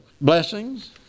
blessings